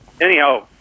Anyhow